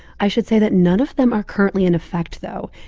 i should say that none of them are currently in effect, though,